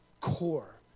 core